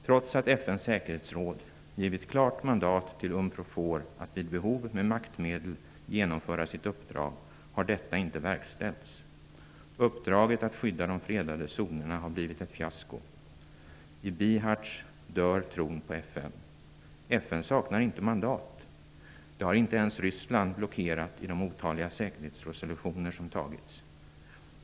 Trots att FN:s säkerhetsråd givit klart mandat till UNPROFOR att vid behov med maktmedel genomföra sitt uppdrag har detta inte verkställts. Uppdraget att skydda de fredade zonerna har blivit ett fiasko. I Bihac dör tron på FN. FN saknar inte mandat. Det har inte ens Ryssland blockerat i de otaliga säkerhetsrådsresolutioner som antagits.